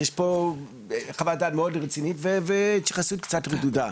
אז יש פה חוות דעת מאוד רצינית וההתייחסות כלפיה היא מעט רדודה".